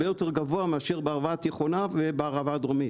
יותר גבוה מאשר בערבה התיכונה וערבה הדרומית,